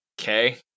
Okay